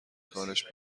کارش